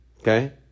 okay